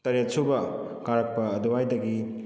ꯇꯔꯦꯠꯁꯨꯕ ꯀꯥꯔꯛꯄ ꯑꯗꯨꯋꯥꯏꯗꯒꯤ